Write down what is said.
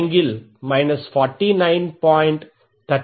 I12 j4I213